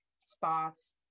spots